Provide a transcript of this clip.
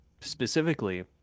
specifically